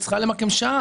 היא צריכה למקם שער.